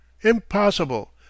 Impossible